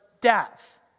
death